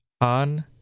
On